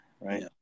Right